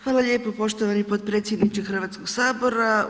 Hvala lijepo poštovani potpredsjedniče Hrvatskog sabora.